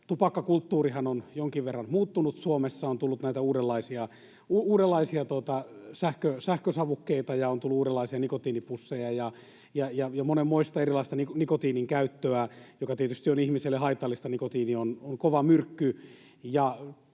Tupakkakulttuurihan on jonkin verran muuttunut Suomessa. On tullut näitä uudenlaisia sähkösavukkeita, ja on tullut uudenlaisia nikotiinipusseja, monenmoista erilaista nikotiinin käyttöä, joka tietysti on ihmisille haitallista. Nikotiini on kova myrkky.